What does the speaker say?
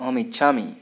अहमिच्छामि